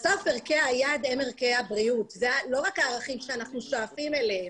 בסוף ערכי היעד הם ערכי הבריאות ולא רק הערכים שאנחנו שואפים אליהם.